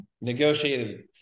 negotiated